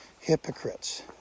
hypocrites